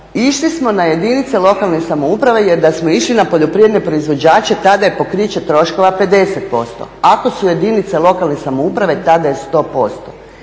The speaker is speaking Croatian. išli smo na jedinice lokalne samouprave, jer da smo išli na poljoprivredne proizvođače tada je pokriće troškova 50%. Ako su jedinice lokalne samouprave tada je 100%.